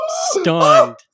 stunned